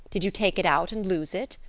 did you take it out and lose it?